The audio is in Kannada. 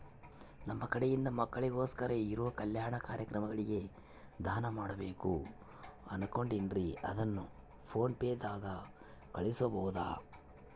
ನಮ್ಮ ಕಡೆಯಿಂದ ಮಕ್ಕಳಿಗೋಸ್ಕರ ಇರೋ ಕಲ್ಯಾಣ ಕಾರ್ಯಕ್ರಮಗಳಿಗೆ ದಾನ ಮಾಡಬೇಕು ಅನುಕೊಂಡಿನ್ರೇ ಅದನ್ನು ಪೋನ್ ಪೇ ದಾಗ ಕಳುಹಿಸಬಹುದಾ?